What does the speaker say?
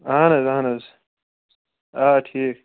اَہَن حظ اَہَن حظ آ ٹھیٖک